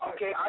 Okay